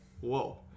whoa